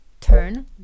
turn